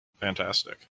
fantastic